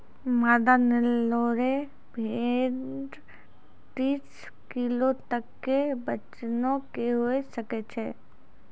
मादा नेल्लोरे भेड़ तीस किलो तक के वजनो के हुए सकै छै